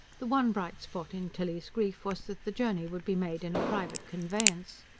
the one bright spot in tilly's grief was that the journey would be made in a private conveyance.